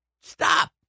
stop